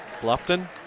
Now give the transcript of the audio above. Bluffton